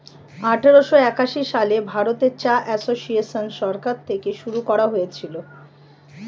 আঠারোশো একাশি সালে ভারতে চা এসোসিয়েসন সরকার থেকে শুরু করা হয়েছিল